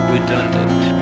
Redundant